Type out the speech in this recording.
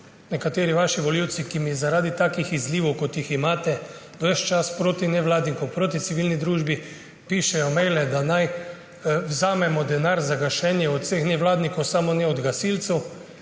nekateri vaši volivci, ki mi zaradi takih izlivov, kot jih imate ves čas proti nevladnikom, proti civilni družbi, pišejo maile, da naj vzamemo denar za gašenje od vseh nevladnikov – samo ne od gasilcev.